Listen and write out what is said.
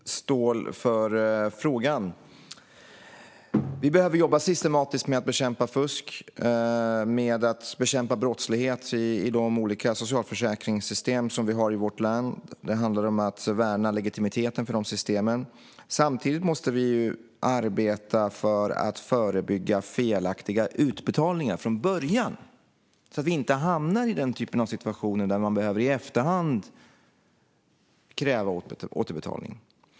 Fru talman! Tack, Carina Ståhl Herrstedt, för frågan! Vi behöver jobba systematiskt med att bekämpa fusk och brottslighet i de olika socialförsäkringssystem som vi har i vårt land. Det handlar om att värna legitimiteten i de systemen. Samtidigt måste vi arbeta för att förebygga felaktiga utbetalningar från början så att vi inte hamnar i situationer där man i efterhand behöver kräva återbetalning.